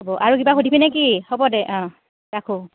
হ'ব আৰু কিবা সুধিবি নে কি হ'ব দে অঁ ৰাখোঁ